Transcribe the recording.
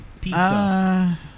pizza